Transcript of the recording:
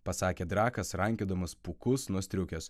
pasakė drakas rankiodamas pūkus nuo striukės